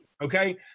Okay